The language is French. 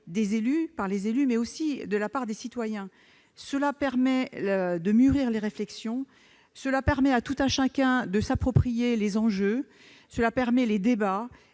de la part des élus et de la part des citoyens. Cela permet de mûrir les réflexions. Cela permet à tout un chacun de s'approprier les enjeux. Cela permet de débattre,